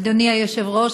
אדוני היושב-ראש,